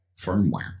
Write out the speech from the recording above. firmware